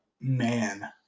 man